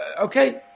okay